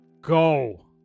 Go